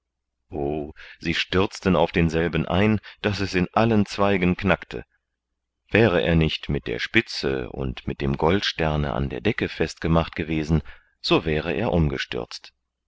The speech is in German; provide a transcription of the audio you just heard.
sie stürzten auf denselben ein daß es in allen zweigen knackte wäre er nicht mit der spitze und mit dem goldsterne an der decke festgemacht gewesen so wäre er umgestürzt